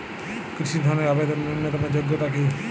কৃষি ধনের আবেদনের ন্যূনতম যোগ্যতা কী?